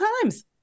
times